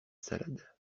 salade